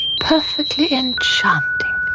perfectly enchanting.